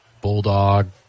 Bulldog